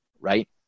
Right